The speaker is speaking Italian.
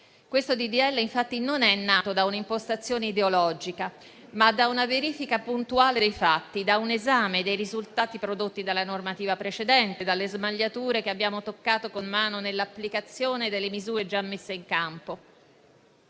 legge, infatti, è nato non da un'impostazione ideologica, ma da una verifica puntuale dei fatti, da un esame dei risultati prodotti dalla normativa precedente, dalle smagliature che abbiamo toccato con mano nell'applicazione delle misure già messe in campo.